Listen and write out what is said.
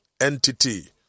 entity